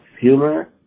humor